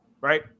right